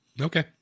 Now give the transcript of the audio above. Okay